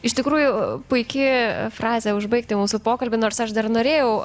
iš tikrųjų puiki frazė užbaigti mūsų pokalbį nors aš dar norėjau